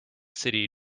city